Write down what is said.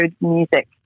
music